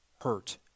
hurt